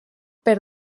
per